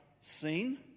seen